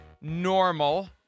normal